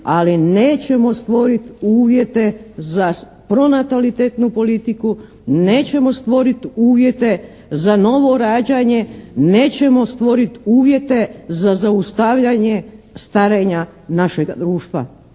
ali nećemo stvoriti uvjete za spronatalitetnu politiku, nećemo stvoriti uvjete za novo rađanje, nećemo stvoriti uvjete za zaustavljanje starenja našeg društva